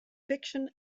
fiction